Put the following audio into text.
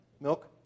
Milk